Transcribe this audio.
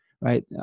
right